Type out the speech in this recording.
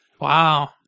Wow